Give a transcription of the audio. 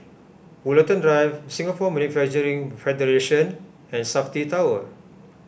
Woollerton Drive Singapore Manufacturing Federation and Safti Tower